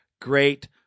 great